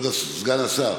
כבוד סגן השר,